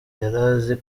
yarazi